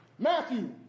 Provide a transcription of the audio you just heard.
Matthew